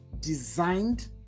designed